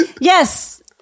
Yes